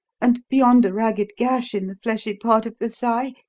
and, beyond a ragged gash in the fleshy part of the thigh,